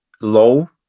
low